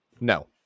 No